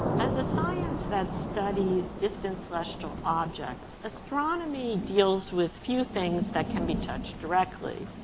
as a science that studies distant celestial objects, astronomy deals with few things that can be touched directly.